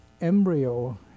embryo